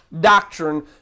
doctrine